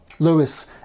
Lewis